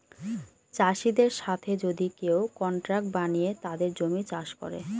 চাষীদের সাথে যদি কেউ কন্ট্রাক্ট বানিয়ে তাদের জমি চাষ করে